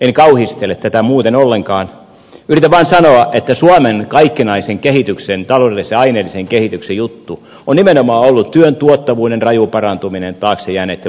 en kauhistele tätä muuten ollenkaan yritän vaan sanoa että suomen kaikkinaisen kehityksen taloudellisen aineellisen kehityksen juttu on nimenomaan ollut työn tuottavuuden raju parantuminen taakse jääneitten vuosikymmenten aikana